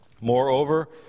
Moreover